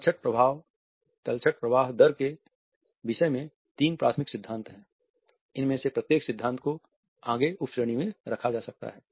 तलछट प्रवाह दर के विषय में तीन प्राथमिक सिद्धांत हैं इनमें से प्रत्येक सिद्धांत को आगे उपश्रेणी में रखा जा सकता है